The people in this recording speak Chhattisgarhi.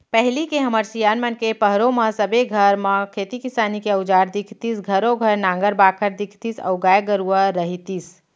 पहिली के हमर सियान मन के पहरो म सबे घर म खेती किसानी के अउजार दिखतीस घरों घर नांगर बाखर दिखतीस अउ गाय गरूवा रहितिस